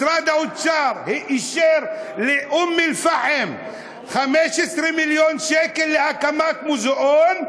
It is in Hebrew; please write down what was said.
משרד האוצר אישר לאום-אלפחם 15 מיליון שקל להקמת מוזיאון,